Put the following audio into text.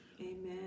Amen